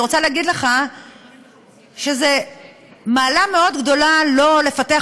אני רוצה להגיד לך שזו מעלה מאוד גדולה לא לפתח